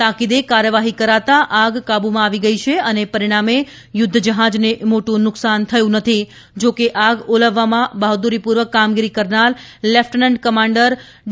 તાકીદે કાર્યવાહી કરાતાં આગ કાબૂમાં આવી ગઇ છે અને પરિણામે યુદ્ધ જહાજને મોટું નુકસાન થયું નથી જા કે આગ હોલવવામાં બહાદુરીપૂર્વક કામગીરી કરનાર લેફ્ટેનન્ટ કમાન્ડર ડી